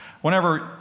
whenever